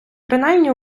принаймні